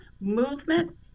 movement